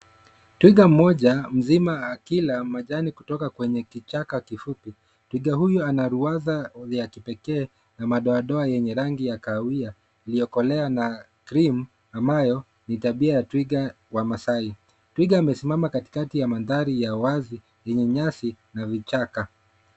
Twiga mmoja mzima akila majani kutoka kwa kichaka kifupi. Twiga huyu ana ruwaza ya kipekee yenye madoa doa yenye rangi ya kahawia liyokolea na cream ambayo ni tabia twiga wa Masai. Twiga amesimama katikati ya manthari ya wazi yenye nyasi na vichaka.